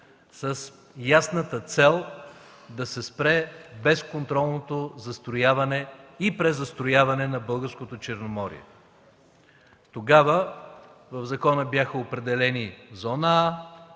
с ясната цел да се спре безконтролното застрояване и презастрояване на българското Черноморие. Тогава в закона бяха определени Зона А